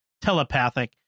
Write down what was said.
telepathic